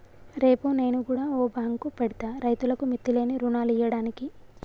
రేపు నేను గుడ ఓ బాంకు పెడ్తా, రైతులకు మిత్తిలేని రుణాలియ్యడానికి